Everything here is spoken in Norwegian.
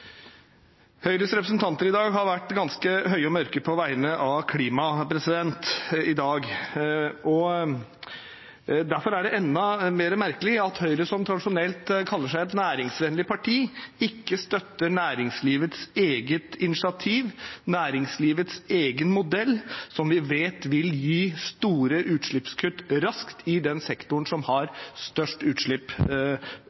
Høyres representanter har vært ganske høye og mørke på vegne av klima i dag. Derfor er det enda merkeligere at Høyre, som tradisjonelt kaller seg et næringsvennlig parti, ikke støtter næringslivets eget initiativ, næringslivets egen modell, som vi vet vil gi store utslippskutt raskt i den sektoren som har